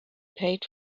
paid